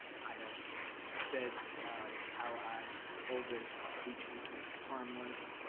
i have said how i hold the teachers harmless.